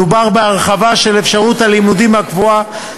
מדובר בהרחבה של אפשרות הלימודים הקבועה